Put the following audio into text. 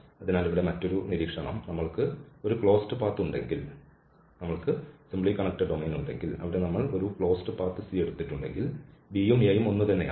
അതിനാൽ ഇവിടെ മറ്റൊരു നിരീക്ഷണം നമ്മൾക്ക് ഒരു ക്ലോസ്ഡ് പാത്ത് ഉണ്ടെങ്കിൽ നമ്മൾക്ക് സിംപ്ലി കണ്ണെക്ടഡ് ഡൊമെയ്ൻ ഉണ്ടെങ്കിൽ അവിടെ നമ്മൾ ഒരു ക്ലോസ്ഡ് പാത്ത് C എടുത്തിട്ടുണ്ടെങ്കിൽ b യും a യും ഒന്നുതന്നെയാണ്